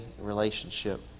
relationship